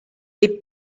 est